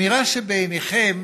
נראה שבעיניכם